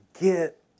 get